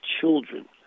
children